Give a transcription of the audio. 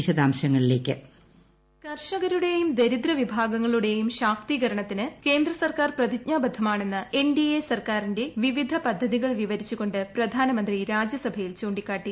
വിശാദംശങ്ങളില്ലേയ്ക്ക് വോയ്സ് കർഷകരുടേയും ദരിദ്ര വിഭാഗങ്ങളുടെയും ശാക്തീകരണത്തിന് കേന്ദ്ര സർക്കാർ പ്രതിജ്ഞാബദ്ധമാണെന്ന് കൃഎൻഡിഎ സർക്കാരിന്റെ വിവിധ പദ്ധതികൾ വിവരിച്ച് കൊണ്ട് പ്ര്യാനമന്ത്രി രാജ്യസഭയിൽ ചൂണ്ടിക്കാട്ടി